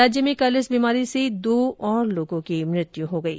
राज्य में कल इस बीमारी से दो और लोगो की मृत्यु हो गयी